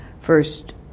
first